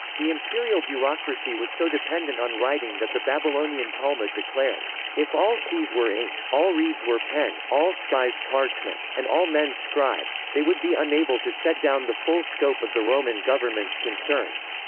the imperial bureaucracy was so dependent on writing that the babylonian talmud declared if all seas were ink, all reeds were pen, all skies parchment, and all men scribes, they would be unable to set down the full scope of the roman government's concerns.